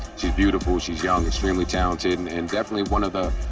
she's beautiful she's young, extremely talented, and definitely one of the